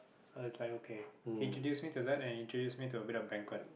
uh it's like okay he introduce me to that and introduce me to a bit of banquet